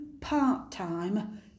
part-time